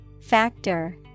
Factor